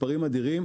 מספרים אדירים,